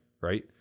right